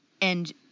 and-